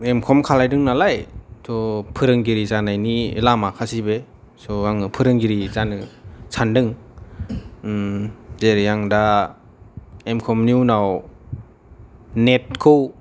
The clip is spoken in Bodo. एम कम खालायदों नालाय थ' फोरोंगिरि जानायनि लामाखासै बे स' आङो फोरोंगिरि जानो सानदों जेरै आं दा एम कम नि उनाव नेट खौ